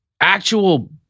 Actual